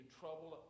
trouble